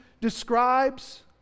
describes